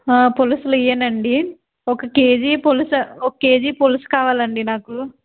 పులసలు ఇవేనా అండీ ఒక కేజీ పులస ఒక కేజీ పులస కావాలండి నాకు